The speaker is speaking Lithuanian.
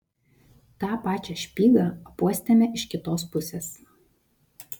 tą pačią špygą apuostėme iš kitos pusės